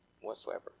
whatsoever